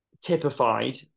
typified